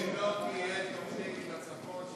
אם לא תהיה תוכנית לצפון,